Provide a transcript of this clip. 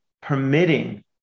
permitting